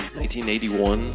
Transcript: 1981